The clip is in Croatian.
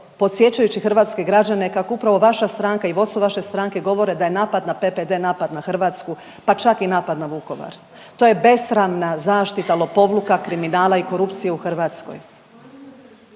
podsjećajući hrvatske građane kako upravo vaša stranka i vodstvo vaše stranke govore da je napad na PPD napad na Hrvatsku pa čak i napad na Vukovar. To je besramna zaštita lopovluka, kriminala i korupcije u Hrvatskoj.